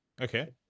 Okay